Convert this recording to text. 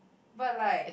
but like